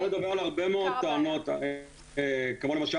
אני יכול לדבר על הרבה מאוד טענות כמו למשל